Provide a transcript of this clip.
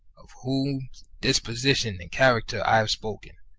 of whose disposition and character i have spoken.